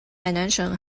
海南省